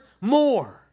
more